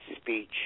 speech